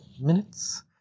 minutes